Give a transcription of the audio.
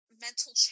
mental